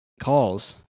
calls